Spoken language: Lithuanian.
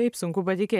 taip sunku patikėt